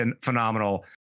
phenomenal